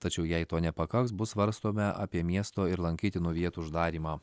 tačiau jei to nepakaks bus svarstome apie miesto ir lankytinų vietų uždarymą